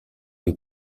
les